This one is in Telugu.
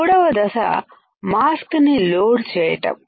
మూడవ దశ మాస్క్ ని లోడ్ చేయటం